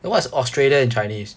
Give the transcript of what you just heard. then what is australia in chinese